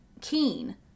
keen